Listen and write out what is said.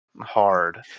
hard